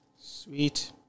Sweet